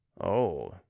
Oh